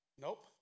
Nope